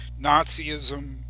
Nazism